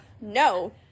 No